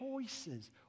choices